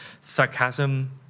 sarcasm